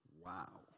wow